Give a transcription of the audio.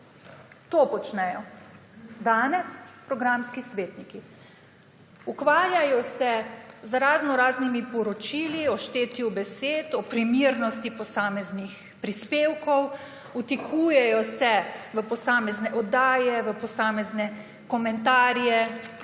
To počnejo danes programski svetniki. Ukvarjajo se z raznoraznimi poročili o štetju besed, o primernosti posameznih prispevkov, vtikujejo se v posamezne oddaje, v posamezne komentarje